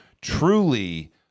truly